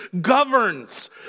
governs